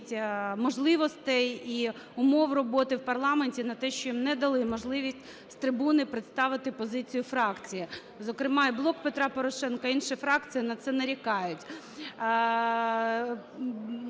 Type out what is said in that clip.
можливостей і умов роботи в парламенті, на те, що їм не дали можливість з трибуни представити позицію фракції, зокрема, і "Блок Петра Порошенка", і інші фракції на це нарікають.